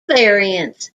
variants